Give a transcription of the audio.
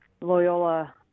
Loyola